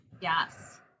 Yes